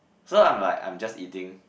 so I'm like I'm just eating